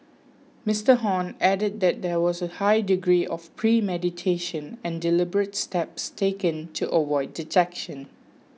Mister Hon added that there was a high degree of premeditation and deliberate steps taken to avoid detection